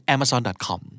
Amazon.com